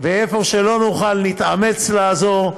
ואיפה שלא נוכל, נתאמץ לעזור.